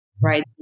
right